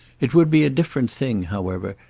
it would be a different thing, however,